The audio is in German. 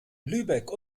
lübeck